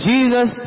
Jesus